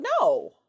no